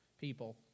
people